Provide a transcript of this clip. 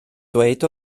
dweud